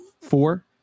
Four